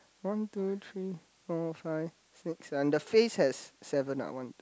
one two three four five six and the face has seven the face has seven that one